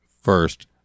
first